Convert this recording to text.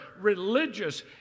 religious